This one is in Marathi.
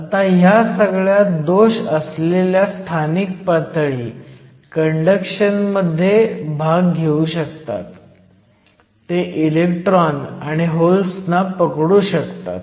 आता ह्या सगळ्या दोष असलेल्या स्थानिक पातळी कंडक्शन मध्ये भाग घेऊ शकतात ते इलेक्ट्रॉन आणि होल्स ना पकडू शकतात